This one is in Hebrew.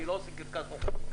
אני לא עושה קרקס מחקיקה.